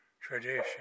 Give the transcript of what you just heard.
tradition